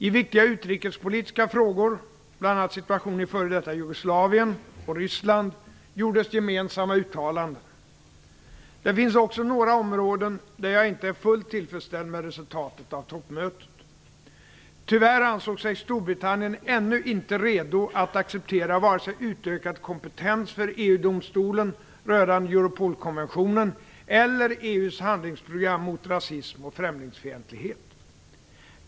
I viktiga utrikespolitiska frågor, bl.a. situationen i f.d. Jugoslavien och Ryssland, gjordes gemensamma uttalanden. Det finns också några områden där jag inte är fullt tillfredsställd med resultatet av toppmötet. Tyvärr ansåg sig Storbritannien ännu inte redo att acceptera vare sig utökad kompetens för EU-domstolen rörande Europolkonventionen eller EU:s handlingsprogram mot rasism och främlingsfientlighet.